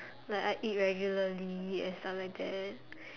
like I eat regularly and stuff like that